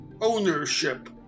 ownership